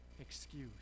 excuse